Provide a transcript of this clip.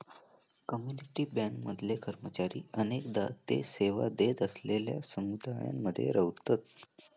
community bank मधले कर्मचारी अनेकदा ते सेवा देत असलेलल्यो समुदायांमध्ये रव्हतत